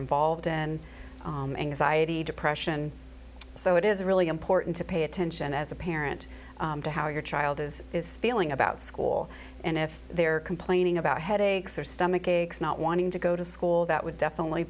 involved in anxiety depression so it is really important to pay attention as a parent to how your child is feeling about school and if they're complaining about headaches or stomach aches not wanting to go to school that would definitely